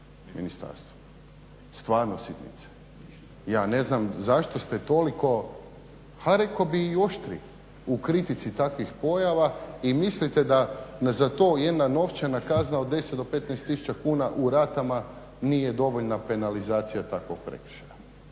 ministarstvom. Stvarno sitnica. Ja ne znam zašto ste toliko pa rekao bih i oštri u kritici takvih pojava i mislite da za to jedna novčana kazna od 10 do 15 tisuća kuna u ratama nije dovoljna penalizacija takvog prekršaja.